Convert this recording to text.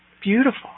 beautiful